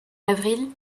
avril